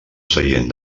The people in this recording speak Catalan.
seient